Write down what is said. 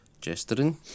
Gesturing